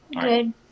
Good